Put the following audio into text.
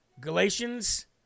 Galatians